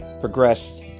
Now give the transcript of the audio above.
progressed